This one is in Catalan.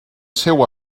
seu